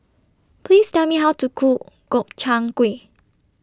Please Tell Me How to Cook Gobchang Gui